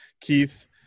Keith